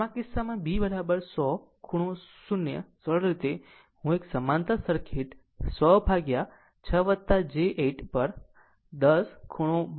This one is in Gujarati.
આમ આ કિસ્સામાં b 100 ખૂણો 0 સરળ રીતે હું એક સમાંતર સર્કિટ 100 ભાગ્યા 6 j 8 પર 10 ખૂણો 53